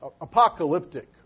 apocalyptic